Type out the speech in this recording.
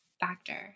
factor